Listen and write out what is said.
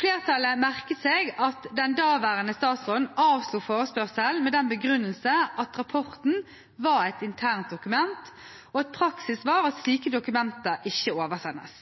Flertallet merket seg at den daværende statsråden avslo forespørselen med den begrunnelse at rapporten var et internt dokument, og at praksis var at slike dokumenter ikke oversendes.